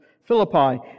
Philippi